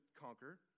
conquer